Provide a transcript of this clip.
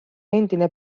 endine